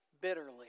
bitterly